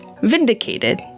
Vindicated